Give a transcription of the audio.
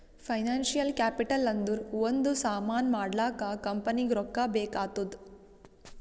financial capital ಅಂದುರ್ ಒಂದ್ ಸಾಮಾನ್ ಮಾಡ್ಲಾಕ ಕಂಪನಿಗ್ ರೊಕ್ಕಾ ಬೇಕ್ ಆತ್ತುದ್